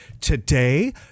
Today